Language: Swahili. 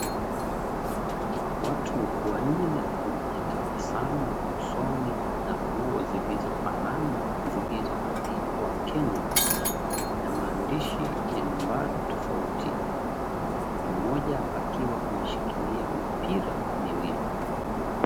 Watu wanne wenye tabasamu usoni na nguo zilizofanana zilizoandikwa Kenya, na maandishi ya nambari tofauti. Mmoja akiwa ameshikilia mipira miwili.